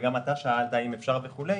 וגם אתה שאלת אם אפשר וכולי,